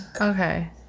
Okay